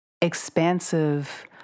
expansive